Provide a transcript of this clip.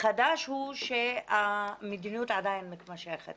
החדש הוא שהמדיניות עדיין מתמשכת